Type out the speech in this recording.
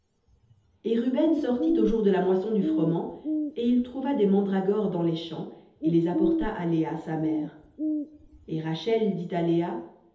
et ruben sortit aux jours de la moisson du froment et il trouva des mandragores dans les champs et les apporta à léa sa mère et rachel dit